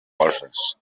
coses